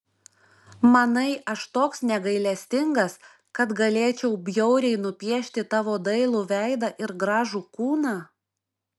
manai aš toks negailestingas kad galėčiau bjauriai nupiešti tavo dailų veidą ir gražų kūną